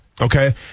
Okay